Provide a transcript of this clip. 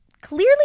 clearly